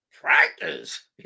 Practice